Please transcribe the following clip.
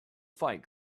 fight